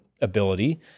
ability